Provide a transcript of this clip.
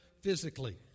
physically